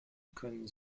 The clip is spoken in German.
können